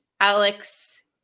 Alex